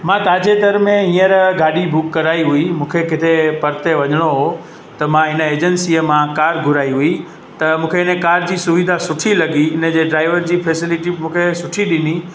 मां ताजेदर में हींअर गाॾी बुक कराई हुई मूंखे किथे परते वञिणो हुओ त मां हिन एजंसीअ मां कार घुराई हुई त मूंखे हिन कार जी सुविधा सुठी लॻी हिनजे ड्राइवर जी फैसिलिटी बि मूंखे सुठी ॾिनी